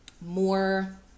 more